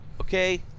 okay